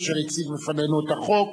אשר הציג בפנינו את החוק,